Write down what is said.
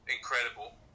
incredible